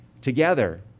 together